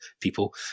people